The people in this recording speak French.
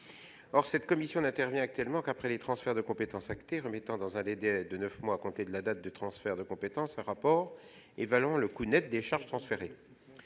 Or cette commission n'intervient actuellement qu'une fois les transferts de compétences actés, remettant dans un délai de neuf mois à compter de la date du transfert de compétences un rapport évaluant le coût net des charges transférées.